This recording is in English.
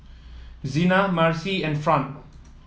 Zena Marcie and Fran